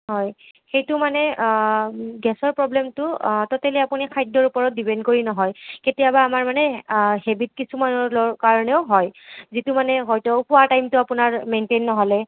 হয় সেইটো মানে গেছৰ প্ৰবলেমটো টটেলী আপোনাৰ খাদ্যৰ ওপৰত দিপেণ্ড কৰি নহয় কেতিয়াবা আমাৰ মানে হেবিট কিছুমানৰ কাৰণেও হয় যিটো মানে হয়তো খোৱাৰ টাইমটো আপোনাৰ মেইনটেইন নহ'লে